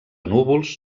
núvols